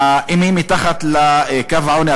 אם היא מתחת לקו העוני,